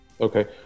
okay